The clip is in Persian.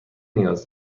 نیاز